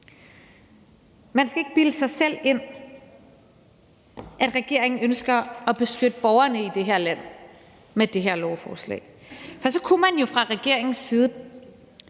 Man skal ikke bilde sig selv ind, at regeringen ønsker at beskytte borgerne i det her land med det her lovforslag, for så kunne man jo fra regeringens side